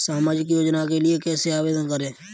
सामाजिक योजना के लिए कैसे आवेदन करें?